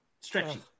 Stretchy